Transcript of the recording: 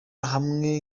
hamwe